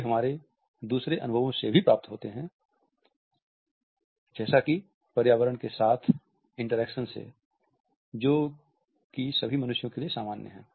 वे हमारे दूसरे अनुभवों से भी प्राप्त होते हैं जैसे कि पर्यावरण के साथ इंटरेक्शन से जो कि सभी मनुष्यों के लिए सामान्य हैं